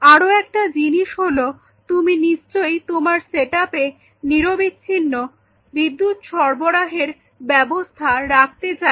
আরও একটা জিনিস হল তুমি নিশ্চয়ই তোমার সেট আপে নিরবিচ্ছিন্ন বিদ্যুৎ সরবরাহের ব্যবস্থা রাখতে চাইবে